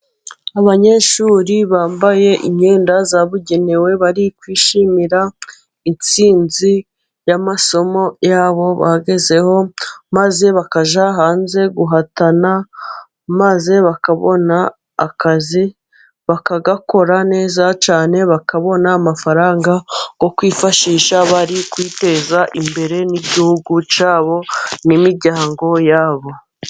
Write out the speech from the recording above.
Abanyeshuri bambaye imyenda yabugenewe bari kwishimira intsinzi y'amasomo yabo bagezeho, maze bakajya hanze guhatana, maze bakabona akazi bakagakora neza cyane bakabona amafaranga, yo kwifashisha bari kwiteza imbere n'igihugu cyabo n'imiryango yabo.